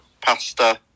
pasta